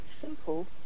simple